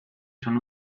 son